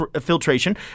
filtration